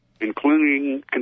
including